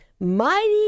mighty